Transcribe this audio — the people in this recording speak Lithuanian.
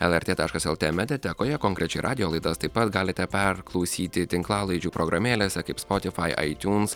lrt taškas lt mediatekoje konkrečiai radijo laidas taip pat galite perklausyti tinklalaidžių programėlės kaip spotifai aitiuns